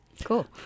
Cool